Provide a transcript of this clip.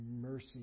mercy